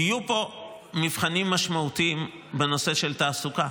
יהיו פה מבחנים משמעותיים בנושא של תעסוקה,